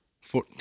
four